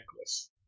necklace